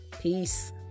peace